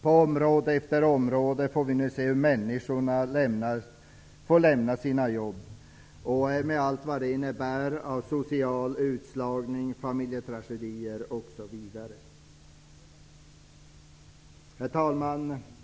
På område efter område får vi nu se hur människorna får lämna sina jobb med allt vad det innebär av social utslagning, familjetragedier osv. Herr talman!